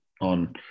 on –